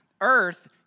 earth